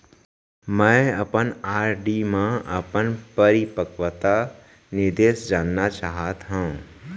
मै अपन आर.डी मा अपन परिपक्वता निर्देश जानना चाहात हव